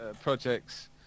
projects